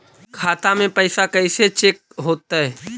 खाता में पैसा कैसे चेक हो तै?